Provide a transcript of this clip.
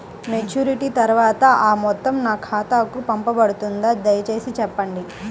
Maturity తర్వాత ఆ మొత్తం నా ఖాతాకు పంపబడుతుందా? దయచేసి చెప్పండి?